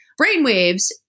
brainwaves